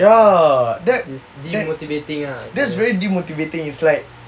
ya that that that's very demotivating is like